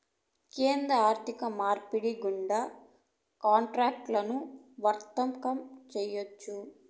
కేంద్ర ఆర్థిక మార్పిడి గుండా కాంట్రాక్టులను వర్తకం చేయొచ్చు